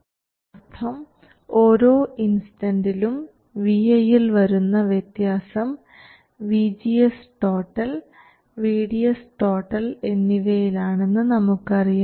ഇതിനർത്ഥം ഓരോ ഇൻസ്റ്റൻന്റിലും vi യിൽ വരുന്ന വ്യത്യാസം VGS VDS എന്നിവയിലാണെന്ന് നമുക്ക് അറിയാം